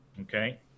okay